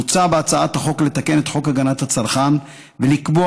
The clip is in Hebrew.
מוצע בהצעת החוק לתקן את חוק הגנת הצרכן ולקבוע